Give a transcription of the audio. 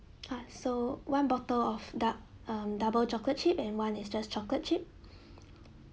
ah so one bottle of dou~ um double chocolate chip and one is just chocolate chip